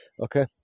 okay